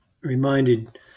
reminded